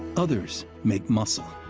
others make muscle.